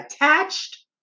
attached